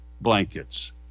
blankets